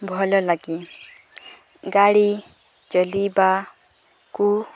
ଭଲ ଲାଗେ ଗାଡ଼ି ଚଲେଇବାକୁ